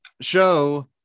show